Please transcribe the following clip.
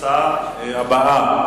ההצעה הבאה.